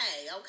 Okay